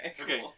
Okay